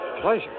Pleasure